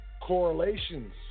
correlations